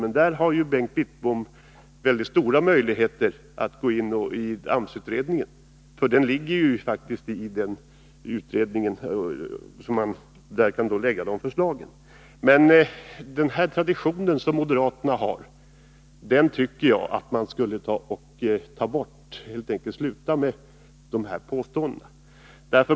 Men Bengt Wittbom har ju mycket stora möjligheter att i AMS-utredningen lägga fram sina förslag. Jag tycker att moderaterna skall upphöra med sin tradition att komma med dessa påståenden.